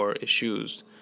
issues